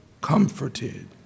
comforted